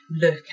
look